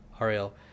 Ariel